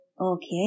Okay